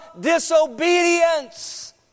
disobedience